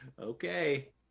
okay